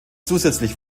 zusätzlich